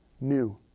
new